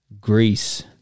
Greece